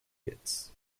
hits